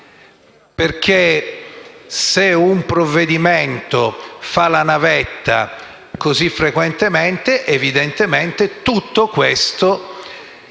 perché se un provvedimento fa la navetta così frequentemente, evidentemente è il metodo